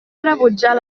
rebutjar